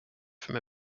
from